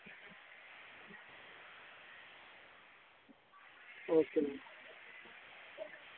okay ma'am